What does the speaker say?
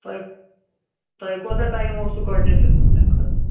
تۄہہِ تۄہہِ کۄتاہ ٹایِم اوسوٕ گوڈنیٚتھ دِیتمُت تَمہِ خٲطرٕ